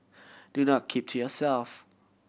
do not keep to yourself